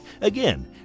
Again